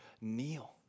kneel